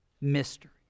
mystery